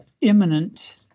imminent